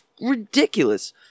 ridiculous